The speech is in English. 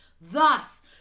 Thus